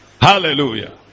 hallelujah